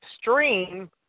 stream